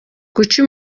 kuki